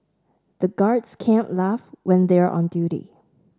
the guards can't laugh when they are on duty